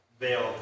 veiled